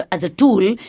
as a tool,